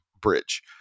bridge